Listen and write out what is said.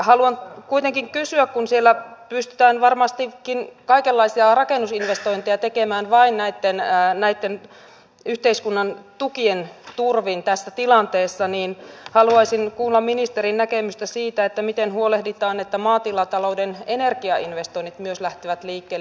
haluan kuitenkin kuulla ministerin näkemystä siitä kun siellä pystytään varmastikin kaikenlaisia rakennusinvestointeja tekemään vain näitten yhteiskunnan tukien turvin tässä tilanteessa niin haluaisin kuulla ministerin näkemystä siitä että miten huolehditaan että maatilatalouden energiainvestoinnit myös lähtevät liikkeelle